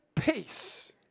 Peace